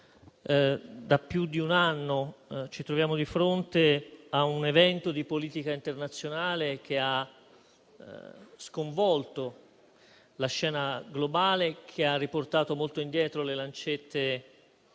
Da più di un anno ci troviamo di fronte a un evento di politica internazionale che ha sconvolto la scena globale, ha riportato molto indietro le lancette